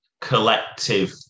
collective